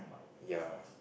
ya